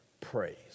praise